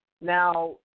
Now